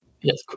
Yes